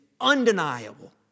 undeniable